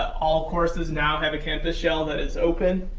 all courses now have a canvas shell that is open,